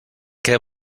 què